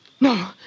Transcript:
No